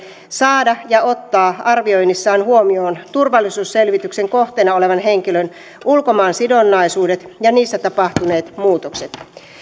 saada ja ottaa arvioinnissaan huomioon turvallisuusselvityksen kohteena olevan henkilön ulkomaansidonnaisuudet ja niissä tapahtuneet muutokset